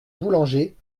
boulanger